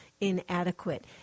inadequate